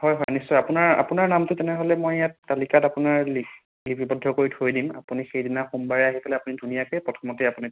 হয় হয় নিশ্চয় আপোনাৰ আপোনাৰ নামটো তেনেহ'লে মই ইয়াত তালিকাত আপোনাৰ লিপিৱদ্ধ কৰি থৈ দিম আপুনি সেইদিনা সোমবাৰে আহি পেলাই আপুনি ধুনীয়াকে প্ৰথমতেই আপুনি